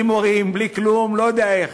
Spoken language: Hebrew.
בלי מורים, בלי כלום, לא יודע איך,